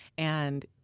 and,